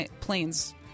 planes